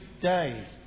days